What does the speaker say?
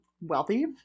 wealthy